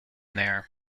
there